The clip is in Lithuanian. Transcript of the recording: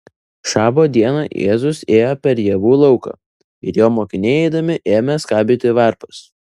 šabo dieną jėzus ėjo per javų lauką ir jo mokiniai eidami ėmė skabyti varpas